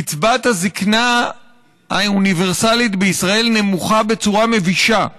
קצבת הזקנה האוניברסלית בישראל נמוכה בצורה מבישה.